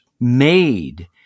made